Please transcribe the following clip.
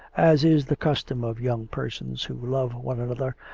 as is the custom of young persons who love one another,